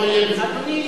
אדוני,